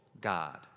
God